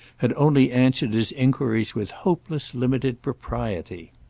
had only answered his enquiries with hopeless limited propriety.